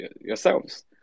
yourselves